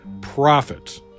profits